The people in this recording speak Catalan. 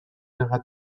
negar